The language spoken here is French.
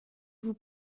vous